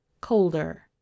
Colder